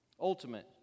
ultimate